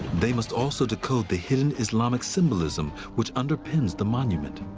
they must also decode the hidden islamic symbolism which underpins the monument.